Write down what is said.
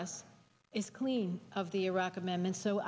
us is clean of the iraq amendment so